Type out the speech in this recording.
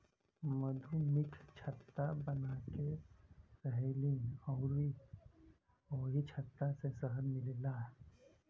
मधुमक्खि छत्ता बनाके रहेलीन अउरी ओही छत्ता से शहद मिलेला